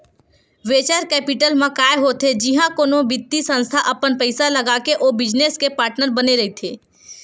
venture capital म काय होथे जिहाँ कोनो बित्तीय संस्था अपन पइसा लगाके ओ बिजनेस के पार्टनर बने रहिथे